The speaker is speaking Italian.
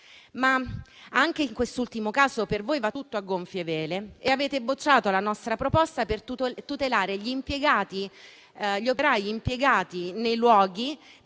ma, anche in quest'ultimo caso, per voi va tutto a gonfie vele. Avete bocciato la nostra proposta per tutelare gli operai impiegati nei luoghi